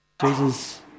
Jesus